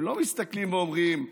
הם לא מסתכלים ואומרים: